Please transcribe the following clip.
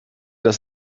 das